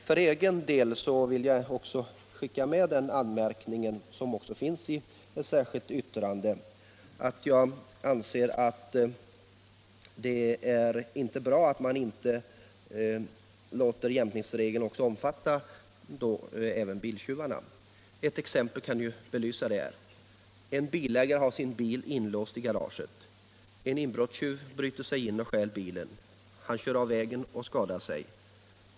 För egen del vill jag göra anmärkningen — den återfinns också i särskilt yttrande till betänkandet — att det inte är bra att man inte låter jämkningen omfatta också biltjuvarna. Ett exempel kan belysa detta: En bilägare har sin bil inlåst i garaget. En inbrottstjuv bryter sig in och stjäl bilen. Han kör av vägen och skadar sig.